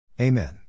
Amen